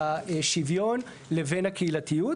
השוויון לבין הקהילתיות.